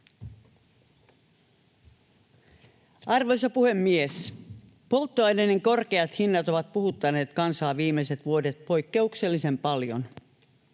Arvoisa puhemies! Polttoaineiden korkeat hinnat ovat puhuttaneet kansaa viimeiset vuodet poikkeuksellisen paljon.